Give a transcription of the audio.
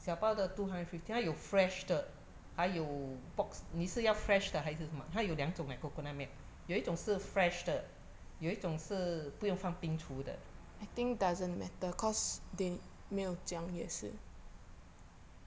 小包的 two hundred and fifty 它有 fresh 的还有 box 你是要 fresh 的还是什么它有两种 eh coconut milk 有一种是 fresh 的有一种是不用放冰橱的